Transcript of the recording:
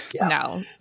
No